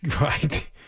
Right